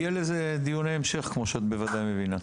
יהיו לזה דיוני המשך, כמו שאת בוודאי מבינה.